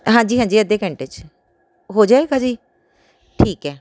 ਹਾਂਜੀ ਹਾਂਜੀ ਅੱਧੇ ਘੰਟੇ 'ਚ ਹੋ ਜਾਏਗਾ ਜੀ ਠੀਕ ਹੈ